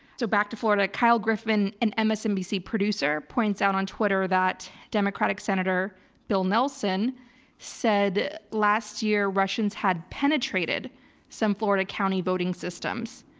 so back to florida, kyle griffin an msnbc producer points out on twitter that democratic senator bill nelson said last year russians had penetrated some florida county voting systems.